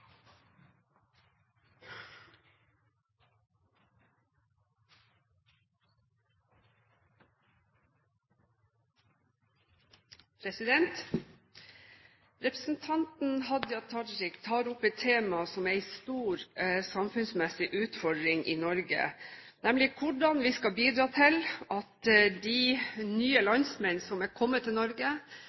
stor samfunnsmessig utfordring i Norge, nemlig hvordan vi skal bidra til at de nye landsmenn som er kommet til Norge,